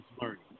learning